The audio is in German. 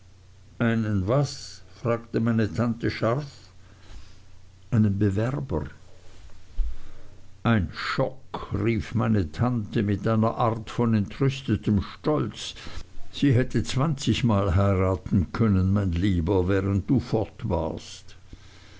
was fragte meine tante scharf einen bewerber ein schock rief meine tante mit einer art von entrüstetem stolz sie hätte zwanzigmal heiraten können mein lieber während du fort warst